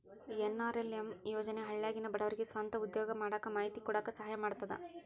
NRLM ಯೋಜನೆ ಹಳ್ಳ್ಯಾಗಿನ ಬಡವರಿಗೆ ಸ್ವಂತ ಉದ್ಯೋಗಾ ಮಾಡಾಕ ಮಾಹಿತಿ ಕೊಡಾಕ ಸಹಾಯಾ ಮಾಡ್ತದ